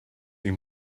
این